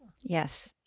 Yes